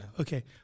Okay